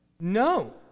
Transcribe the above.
No